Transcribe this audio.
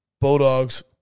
Bulldogs